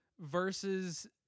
versus